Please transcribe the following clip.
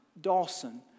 Dawson